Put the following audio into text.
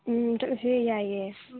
ꯎꯝ ꯆꯠꯂꯨꯁꯦ ꯌꯥꯏꯑꯦ